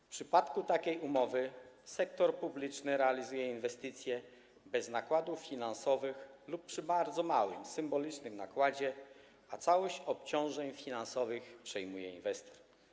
W przypadku takiej umowy sektor publiczny realizuje inwestycje bez nakładów finansowych lub przy bardzo małym, symbolicznym nakładzie, a całość obciążeń finansowych przejmuje inwestor.